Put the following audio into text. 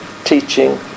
teaching